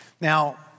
Now